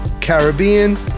Caribbean